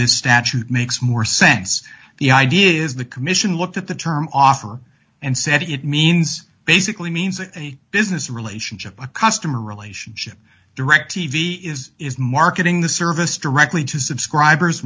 this statute makes more sense the idea is the commission looked at the term offer and said it means basically means a business relationship a customer relationship directv is is marketing the service directly to subscribers